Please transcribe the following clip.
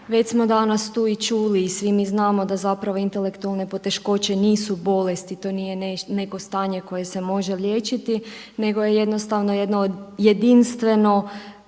Već smo danas tu i čuli i svi mi znamo da intelektualne poteškoće nisu bolest i to nije neko stanje koje se može liječiti nego je jednostavno jedno jedinstveno,